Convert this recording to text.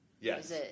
Yes